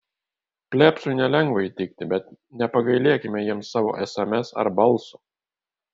plebsui nelengva įtikti bet nepagailėkime jiems savo sms ar balso